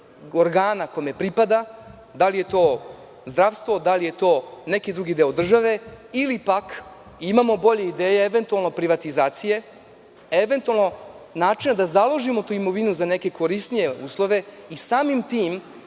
organa kome pripada, da li je to zdravstvo, da li je to neki drugi deo države, ili pak imamo bolje ideje, eventualno privatizacije, eventualno načina da založimo tu imovinu za neke korisnije uslove i samim tim